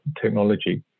technology